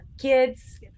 kids